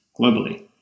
globally